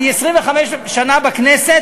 אני 25 שנה בכנסת,